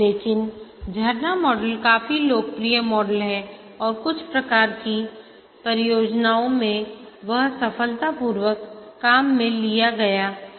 लेकिन झरना मॉडल काफी लोकप्रिय मॉडल है और कुछ प्रकार की परियोजनाओं में वह सफलतापूर्वक काम में लिया गया था